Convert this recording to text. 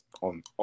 on